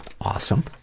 Awesome